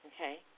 okay